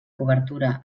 coberta